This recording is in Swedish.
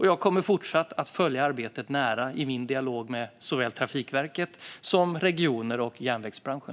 Jag kommer fortsatt att följa arbetet nära i min dialog med såväl Trafikverket som regioner och järnvägsbranschen.